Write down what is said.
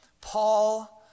Paul